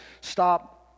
stop